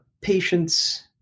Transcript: patience